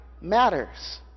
matters